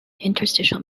interstitial